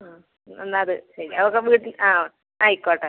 ആ എന്നാൽ അത് തരീം അതൊക്കെ വീട്ടിൽ ആ ആയിക്കോട്ടെ